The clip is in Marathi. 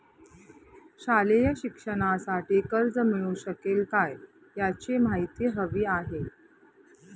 शालेय शिक्षणासाठी कर्ज मिळू शकेल काय? याची माहिती हवी आहे